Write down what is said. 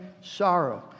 sorrow